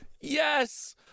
Yes